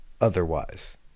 otherwise